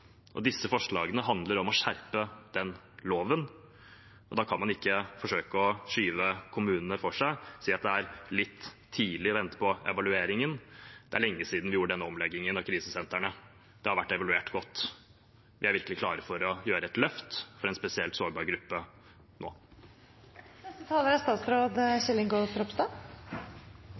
Disse forslagene handler om å skjerpe den loven, og da kan man ikke forsøke å skyve kommunene foran seg, si at det er litt tidlig, og vente på evalueringen. Det er lenge siden vi gjorde den omleggingen av krisesentrene. Dette har vært evaluert godt. Vi er virkelig klare for å gjøre et løft for en spesielt sårbar gruppe nå. Vold og seksuelle overgrep mot kvinner og barn engasjerer meg sterkt og er